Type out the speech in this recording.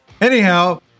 Anyhow